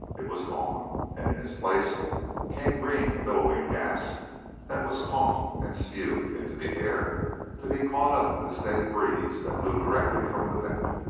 it was gone! and in its place came green, billowing gas that was coughed and spewed into the air to be caught up in the steady breeze that blew directly from the vent.